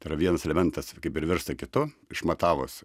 tai yra vienas elementas kaip ir virsta kitu išmatavus